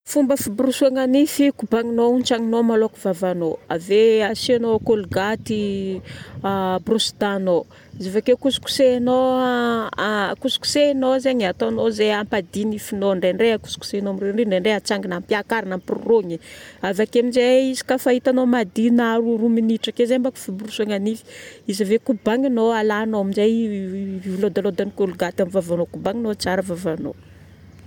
Fomba fiborosoagna nify, kobagninao, hontsagninao maloha ny vavanao. Ave asiagnao colgate brosy dent-nao. Izy avake kosikosehagnao kosikosehagnao zaigny e, ataonao zay hampadio ny nifinao. Ndraindray akosikosehagnao, ndraindray atsangana ampiakarina ampirorògny. Avake aminjay izy kafa hitanao madio na roa roa minitra ake manko fiborosiagna nify, izy ave kobagninao, alagnao aminjay i lôdalôdan'ny colgate amin'ny vavanao. Kobagninao tsara ny vavanao.